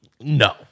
No